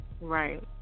Right